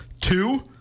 Two